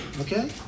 Okay